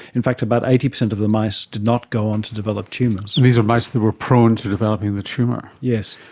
in fact about eighty percent of the mice did not go on to develop tumours. and these are mice that were prone to developing the tumour. yes.